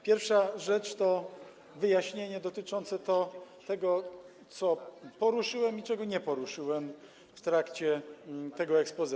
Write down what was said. Pierwsza rzecz to wyjaśnienie dotyczące tego, co poruszyłem i czego nie poruszyłem w trakcie tego exposé.